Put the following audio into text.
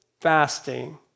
fasting